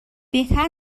بهتر